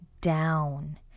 down